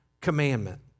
commandment